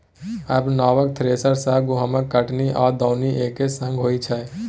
आब नबका थ्रेसर सँ गहुँमक कटनी आ दौनी एक्के संग होइ छै